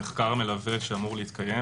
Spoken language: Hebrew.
המחקר המלווה שאמור להתקיים,